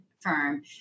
firm